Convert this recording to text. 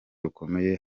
rukomeye